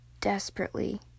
desperately